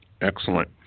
Excellent